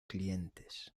clientes